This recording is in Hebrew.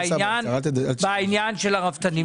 מספיק בעניין של הרפתנים.